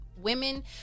women